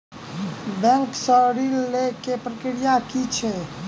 Bank सऽ ऋण लेय केँ प्रक्रिया की छीयै?